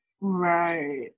right